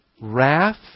wrath